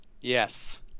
yes